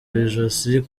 ijosi